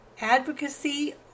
Advocacy